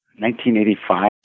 1985